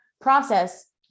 process